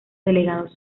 delegados